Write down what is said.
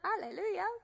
Hallelujah